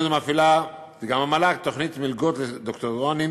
מפעילה מל"ג תוכנית מלגות לדוקטורנטים